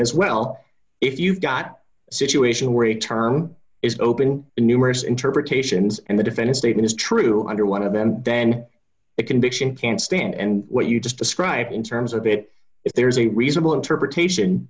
as well if you've got a situation where a term is open in numerous interpretations and the defense statement is true under one of them then the conviction can stand and what you just described in terms of it if there is a reasonable interpretation